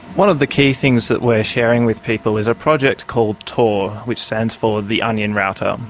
one of the key things that we're sharing with people is a project called tor, which stands for the onion router. um